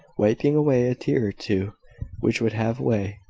wiping away a tear or two which would have way,